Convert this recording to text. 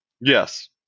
Yes